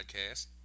podcast